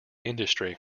industry